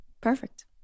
Perfect